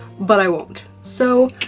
but i won't. so,